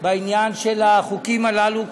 בעניין של החוקים הללו,